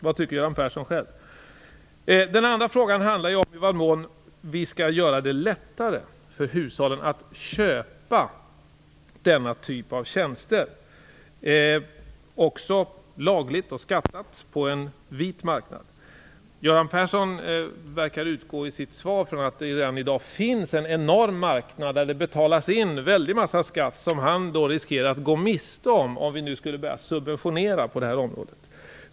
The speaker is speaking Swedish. Vad tycker Göran Persson själv? Den andra frågan handlar om i vad mån vi skall göra det lättare för hushållen att köpa denna typ av tjänster, också lagligt och skattat på en vit marknad. Göran Persson verkar i sitt svar utgå från att det redan i dag finns en enorm marknad där det betalas in en väldig massa skatt som han då riskerar att gå miste om om vi nu skulle börja subventionera på detta område.